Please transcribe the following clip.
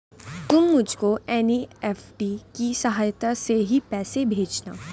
तुम मुझको एन.ई.एफ.टी की सहायता से ही पैसे भेजना